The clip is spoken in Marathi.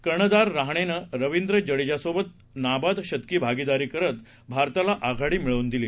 कर्णधाररहाणेनंरविंद्रजडेजासोबतनाबादशतकीभागीदारीकरतभारतालाआघाडीमिळवूनदिली